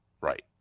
Right